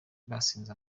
basinze